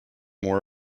more